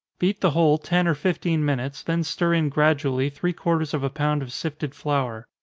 beat the whole ten or fifteen minutes, then stir in gradually three-quarters of a pound of sifted flour.